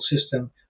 system